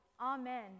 Amen